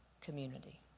community